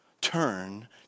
turn